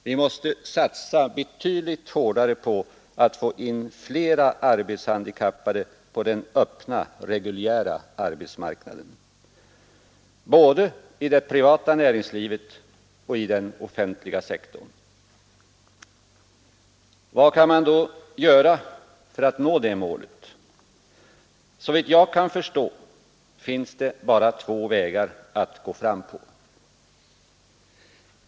Vi måste satsa betydligt hårdare på att få in flera arbetshandikappade på den öppna, reguljära arbetsmarknaden — både i det privata näringslivet och inom den offentliga sektorn. Vad kan man då göra för att nå det målet? Såvitt jag förstår finns det bara två vägar att gå fram på.